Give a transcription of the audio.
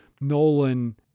Nolan